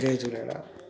Jay Jhulelal